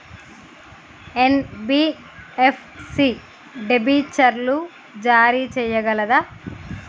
NBFC డిబెంచర్లు జారీ చేయగలదా?